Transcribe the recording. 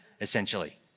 essentially